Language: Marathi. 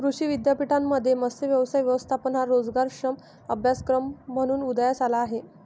कृषी विद्यापीठांमध्ये मत्स्य व्यवसाय व्यवस्थापन हा रोजगारक्षम अभ्यासक्रम म्हणून उदयास आला आहे